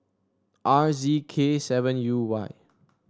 R Z K seven U Y